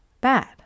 bad